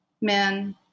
men